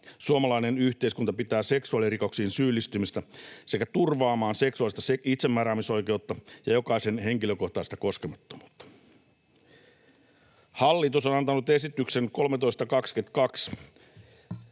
suomalainen yhteiskunta pitää seksuaalirikoksiin syyllistymistä, sekä turvaamaan seksuaalista itsemääräämisoikeutta ja jokaisen henkilökohtaista koskemattomuutta. Hallitus on antanut esityksen 13/22